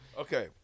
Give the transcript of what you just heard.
Okay